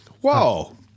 Whoa